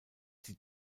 die